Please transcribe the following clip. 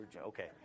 Okay